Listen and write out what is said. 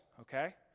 okay